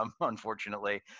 unfortunately